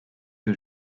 que